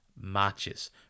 matches